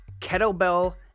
kettlebell